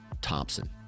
Thompson